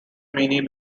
many